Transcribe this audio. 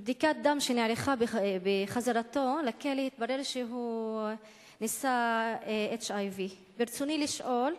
מבדיקת דם שנערכה בעת החזרתו התברר שהוא נשא HIV. ברצוני לשאול: